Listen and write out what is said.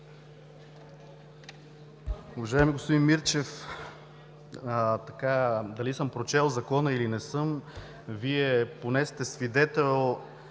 Уважаеми господин Мирчев, дали съм прочел Закона или не, Вие поне сте свидетел